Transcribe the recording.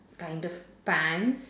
kind of pants